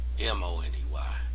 M-O-N-E-Y